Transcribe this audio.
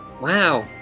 Wow